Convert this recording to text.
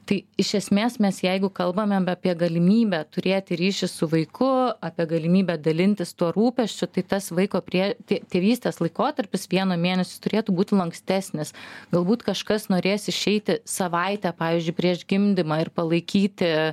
tai iš esmės mes jeigu kalbame apie galimybę turėti ryšį su vaiku apie galimybę dalintis tuo rūpesčiu tai tas vaiko prie tėvystės laikotarpis vieno mėnesio turėtų būti lankstesnis galbūt kažkas norės išeiti savaitę pavyzdžiui prieš gimdymą ir palaikyti